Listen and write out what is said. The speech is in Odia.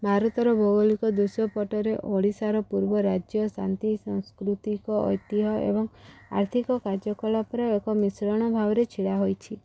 ଭାରତର ଭୌଗୋଳିକ ଦୃଶ୍ୟ ପଟରେ ଓଡ଼ିଶାର ପୂର୍ବ ରାଜ୍ୟ ଶାନ୍ତି ସାଂସ୍କୃତିକ ଐତିହ୍ୟ ଏବଂ ଆର୍ଥିକ କାର୍ଯ୍ୟକଳାପରେ ଏକ ମିଶ୍ରଣ ଭାବରେ ଛିଡ଼ା ହୋଇଛି